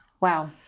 Wow